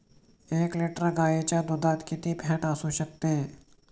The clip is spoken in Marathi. एक लिटर गाईच्या दुधात किती फॅट असू शकते?